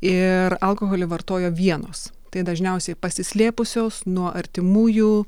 ir alkoholį vartoja vienos tai dažniausiai pasislėpusios nuo artimųjų